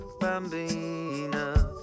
bambina